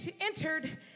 entered